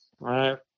right